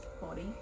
body